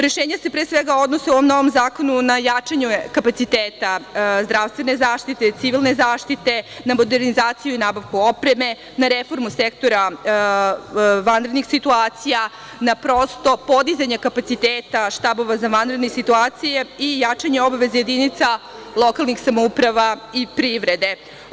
Rešenja se, pre svega odnose, u ovom novom zakonu, na jačanje kapaciteta zdravstvene zaštite, civilne zaštite, na modernizaciju i nabavku opreme, na reformu sektora vanrednih situacija, na podizanje kapaciteta štabova za vanredne situacije i jačanje obaveza jedinica lokalnih samouprava i privrede.